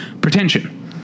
pretension